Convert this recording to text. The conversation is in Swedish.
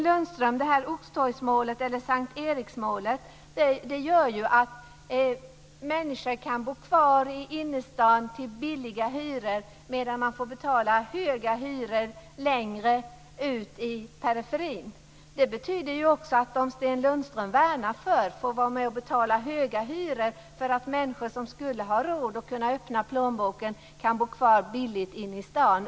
Lundström, att människor kan bo kvar i stan med låga hyror medan man får betala höga hyror längre ut i periferin. Det betyder att de som Sten Lundström värnar får betala höga hyror för att människor som skulle ha råd att öppna plånboken ska kunna bo kvar i innerstaden.